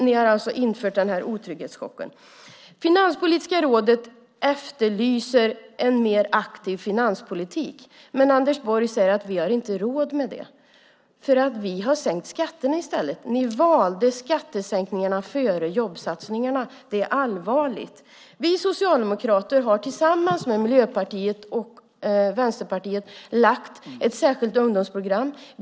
Ni har alltså orsakat den här otrygghetschocken. Finanspolitiska rådet efterlyser en mer aktiv finanspolitik. Vi har inte råd med det, säger Anders Borg. Vi har sänkt skatterna i stället. Ni valde skattesänkningarna före jobbsatsningarna. Det är allvarligt. Vi socialdemokrater har tillsammans med Miljöpartiet och Vänsterpartiet lagt fram ett särskilt ungdomsprogram.